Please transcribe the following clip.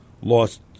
lost